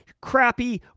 crappy